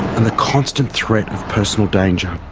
and the constant threat of personal danger.